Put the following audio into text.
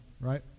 right